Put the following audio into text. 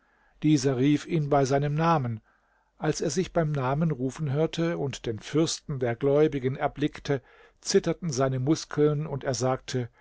dieser rief ihn bei seinem namen als er sich beim namen rufen hörte und den fürsten der gläubigen erblickte zitterten seine muskeln und er sagte